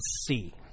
see